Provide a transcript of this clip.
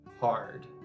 hard